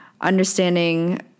understanding